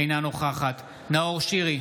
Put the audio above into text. אינה נוכחת נאור שירי,